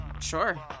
Sure